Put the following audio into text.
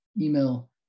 Email